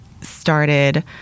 started